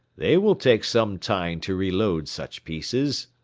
they will take some time to reload such pieces.